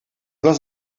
was